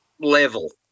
level